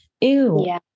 Ew